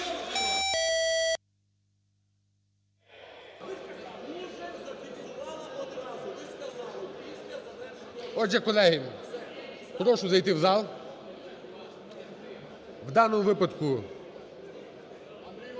Отже, колеги, прошу зайти в зал. В даному випадку